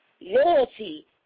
loyalty